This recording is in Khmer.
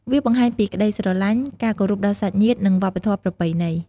វាបង្ហាញពីក្តីស្រឡាញ់ ការគោរពដល់សាច់ញាតិ និងវប្បធម៌ប្រពៃណី។